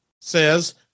says